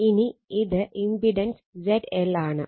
ഇനി ഇത് impedance ZL ആണ്